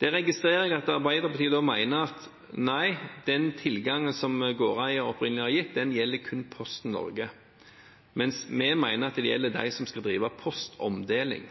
Jeg registrerer at Arbeiderpartiet mener nei, den tilgangen som gårdeieren opprinnelig har gitt, gjelder kun Posten Norge, mens vi mener at det gjelder dem som skal drive med postomdeling.